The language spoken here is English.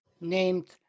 named